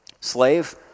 Slave